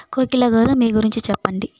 కోకిల గారు మీ గురించి చెప్పండి